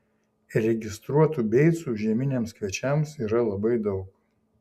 registruotų beicų žieminiams kviečiams yra labai daug